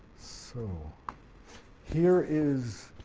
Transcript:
so here is